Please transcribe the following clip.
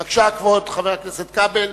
בבקשה, כבוד חבר הכנסת כבל.